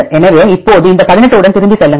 எனவே இப்போது இந்த 18 உடன் திரும்பிச் செல்லுங்கள்